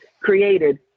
created